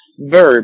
verb